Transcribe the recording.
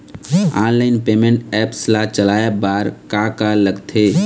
Online payment apps ला चलाए बार का का लगथे?